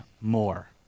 more